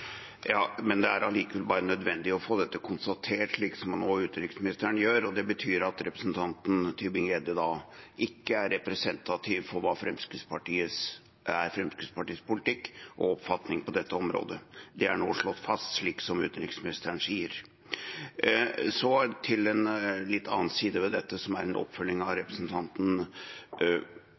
Ja, men det er allikevel bare nødvendig å få dette konstatert, slik som nå utenriksministeren gjør. Det betyr at representanten Tybring-Gjedde da ikke er representativ for hva som er Fremskrittspartiets politikk og oppfatning på dette området. Det er nå slått fast, slik som utenriksministeren sier. Så til en litt annen side ved dette, som en oppfølging av representanten